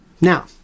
Now